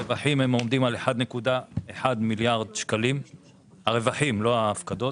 הרווחים עומדים על כ-1.1 מיליארד ₪- הרווחים; לא ההפקדות